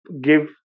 give